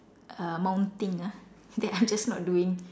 uh mounting ah that I'm just not doing